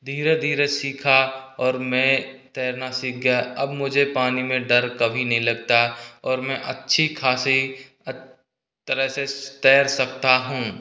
धीरे धीरे सीखा और मै तैरना सीख गया अब मुझे पानी में डर कभी नहीं लगता और मै अच्छी ख़ासी तरह से तैर सकता हूँ